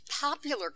popular